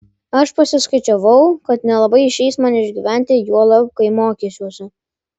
aš pasiskaičiavau kad nelabai išeis man išgyventi juolab kai mokysiuosi